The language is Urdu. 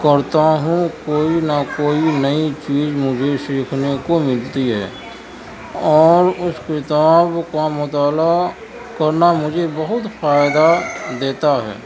کرتا ہوں کوئی نہ کوئی نئی چیز مجھے سیکھنے کو ملتی ہے اور اس کتاب کا مطالعہ کرنا مجھے بہت فائدہ دیتا ہے